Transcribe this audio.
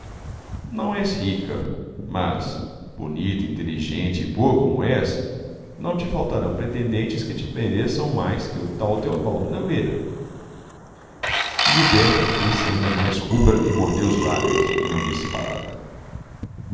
não és rica mas bonita inteligente boa como és não te faltarão pretendentes que te mereçam mais que o tal teobaldo nogueira gilberta fez-se ainda mais rubra mordeu os lábios e não disse palavra